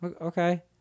okay